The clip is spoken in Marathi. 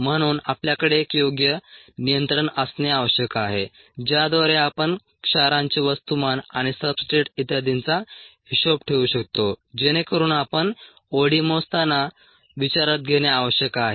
म्हणून आपल्याकडे एक योग्य नियंत्रण असणे आवश्यक आहे ज्याद्वारे आपण क्षारांचे वस्तुमान आणि सब्सट्रेट्स इत्यादींचा हिशोब ठेवू शकतो जेणेकरुन आपण ओडी मोजताना विचारात घेणे आवश्यक आहे